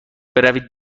بروید